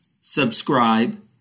subscribe